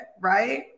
Right